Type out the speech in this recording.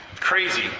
crazy